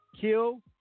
kill